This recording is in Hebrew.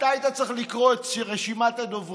אתה היית צריך לקרוא את רשימת הדוברים.